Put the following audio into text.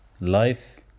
life